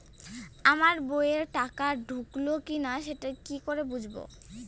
আমার বইয়ে টাকা ঢুকলো কি না সেটা কি করে বুঝবো?